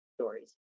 stories